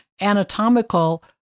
anatomical